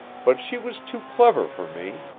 but she was too clever for me.